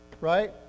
right